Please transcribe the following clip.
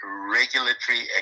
regulatory